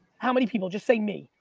how many people? just say me,